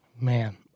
man